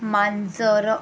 मांजरं